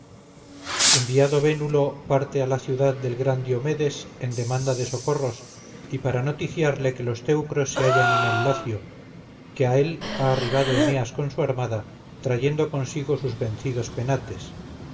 enviado vénulo parte a la ciudad del gran diomedes en demanda de socorros y para noticiarle que los teucros se hallan en el lacio que a él ha arribado eneas con su armada trayendo consigo sus vencidos penates